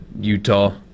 Utah